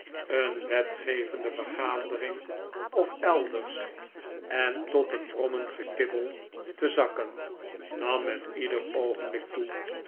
vergadering of elders en tot een brommend gekibbel te zakken nam met ieder oogenblik toe